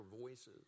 voices